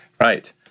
Right